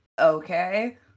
okay